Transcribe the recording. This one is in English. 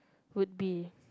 would be